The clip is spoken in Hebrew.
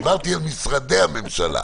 דיברתי על משרדי הממשלה.